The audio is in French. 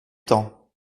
temps